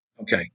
Okay